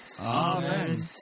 Amen